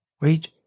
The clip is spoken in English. wait